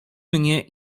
mnie